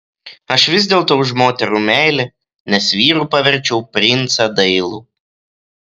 aš vis dėlto už moterų meilę nes vyru paverčiau princą dailų